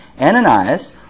Ananias